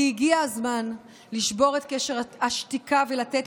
כי הגיע הזמן לשבור את קשר השתיקה ולתת